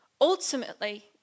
ultimately